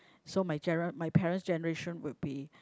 so my gera~ my parent's generation would be